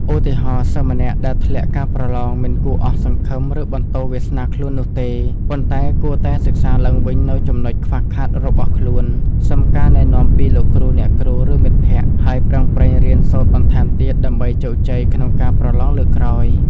ឧទាហរណ៍ សិស្សម្នាក់ដែលធ្លាក់ការប្រឡង មិនគួរអស់សង្ឃឹម ឬបន្ទោសវាសនាខ្លួននោះទេ ប៉ុន្តែគួរតែសិក្សាឡើងវិញនូវចំណុចខ្វះខាតរបស់ខ្លួន សុំការណែនាំពីលោកគ្រូ អ្នកគ្រូ ឬមិត្តភក្តិ ហើយប្រឹងប្រែងរៀនសូត្របន្ថែមទៀតដើម្បីជោគជ័យក្នុងការប្រឡងលើកក្រោយ។